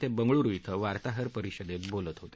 ते बंगळूरु धिं वार्ताहर परिषदेत बोलत होते